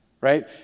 right